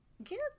get